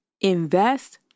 invest